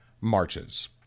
marches